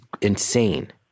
insane